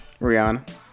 Rihanna